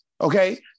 Okay